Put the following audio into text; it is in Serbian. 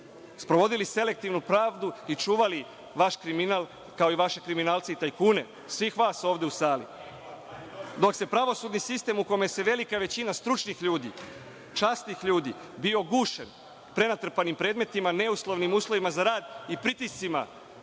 sprovodili selektivnu pravdu i čuvali vaš kriminal, kao i vaše kriminalce i tajkune, svih vas ovde u sali, dok je pravosudni sistem u kome se velika većina stručnih ljudi, časnih ljudi, bio gušen prenatrpanim predmetima, neuslovnim uslovima za rad i pritiscima